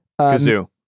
Kazoo